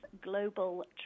Global